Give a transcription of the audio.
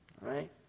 right